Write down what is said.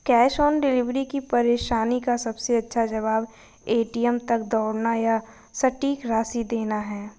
cash on delivery की परेशानी का सबसे अच्छा जवाब, ए.टी.एम तक दौड़ना या सटीक राशि देना है